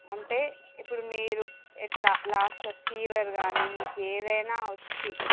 అంటే ఇప్పుడు మీరు ఎట్లా లాస్ట్ ఫీవర్ కానీ మీకు ఏదైనా వచ్చి